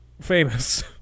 famous